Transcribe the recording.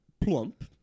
plump